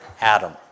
Adam